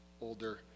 older